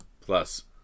plus